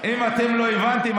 אם אתם לא הבנתם,